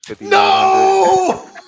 No